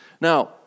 Now